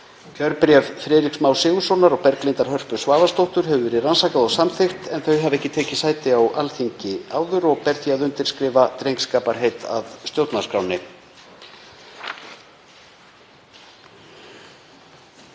Kjörbréf Friðriks Más Sigurðssonar og Berglindar Hörpu Svavarsdóttur hefur verið rannsakað og samþykkt en þau hafa ekki tekið sæti á Alþingi áður og ber því að undirskrifa drengskaparheit að stjórnarskránni.